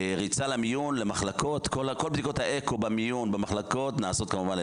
כל בדיקות האקו במיון ובמחלקות נעשות על